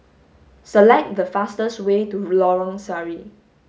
select the fastest way to Lorong Sari